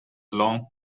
long